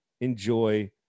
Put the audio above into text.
enjoy